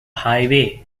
highway